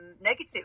negative